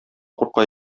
курка